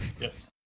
Yes